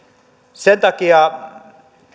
sen takia